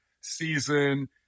season